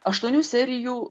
aštuonių serijų